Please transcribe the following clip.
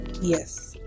Yes